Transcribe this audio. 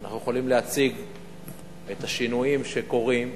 אנחנו יכולים להציג את השינויים שקורים,